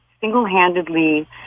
single-handedly